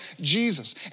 Jesus